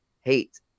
hate